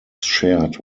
shared